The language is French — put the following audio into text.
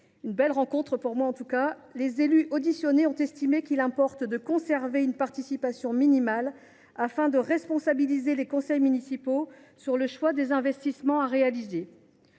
une belle rencontre –, les élus auditionnés ont estimé qu’il importait de conserver une participation minimale, afin de responsabiliser les conseils municipaux sur le choix des investissements à réaliser.